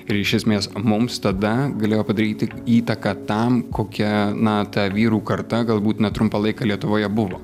ir iš esmės mums tada galėjo padaryti įtaką tam kokia na ta vyrų karta galbūt na trumpą laiką lietuvoje buvo